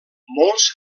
molts